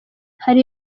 hari